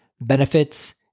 Benefits